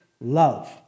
love